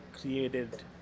created